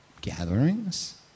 gatherings